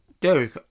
Derek